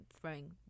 throwing